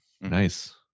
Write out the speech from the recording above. Nice